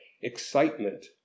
excitement